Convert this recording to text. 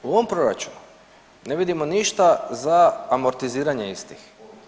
U ovom proračunu ne vidimo ništa za amortiziranje istih.